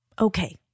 Okay